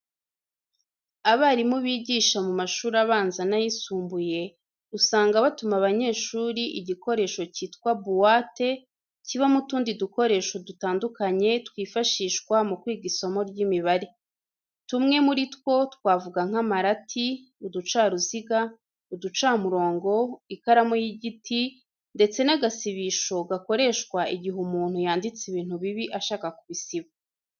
Abarimu bigisha mu mashuri abanza n'ayisumbuye, usanga batuma abanyeshuri igikoresho cyitwa buwate kibamo utundi dukoresho dutandukanye twifashishwa mu kwiga isomo ry'imibare. Tumwe muri two twavuga nk'amarati, uducaruziga, uducamurongo, ikaramu y'igiti ndetse n'agasibisho gakoreshwa igihe umuntu yanditse ibintu bibi ashaka kubisiba.